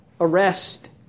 arrest